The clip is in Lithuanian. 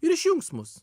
ir išjungs mus